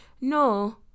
No